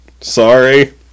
sorry